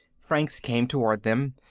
franks came toward them.